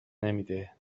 نمیده